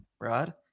Rod